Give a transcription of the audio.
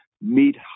meet